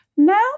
No